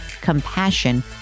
compassion